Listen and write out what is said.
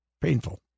painful